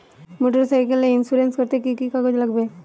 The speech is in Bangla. মোটরসাইকেল ইন্সুরেন্স করতে কি কি কাগজ লাগবে?